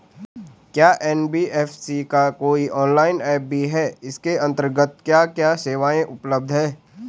क्या एन.बी.एफ.सी का कोई ऑनलाइन ऐप भी है इसके अन्तर्गत क्या क्या सेवाएँ उपलब्ध हैं?